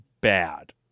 bad